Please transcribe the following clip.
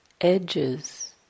edges